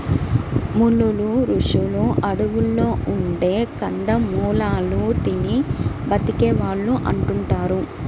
మునులు, రుషులు అడువుల్లో ఉండే కందమూలాలు తిని బతికే వాళ్ళు అంటుంటారు